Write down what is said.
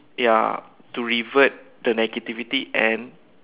ya to revert the negativity and